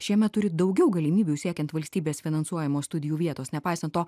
šiemet turi daugiau galimybių siekiant valstybės finansuojamos studijų vietos nepaisant to